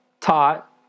taught